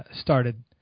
started